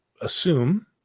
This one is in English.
assume